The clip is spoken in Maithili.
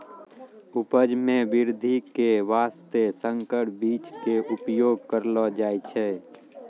उपज मॅ वृद्धि के वास्तॅ संकर बीज के उपयोग करलो जाय छै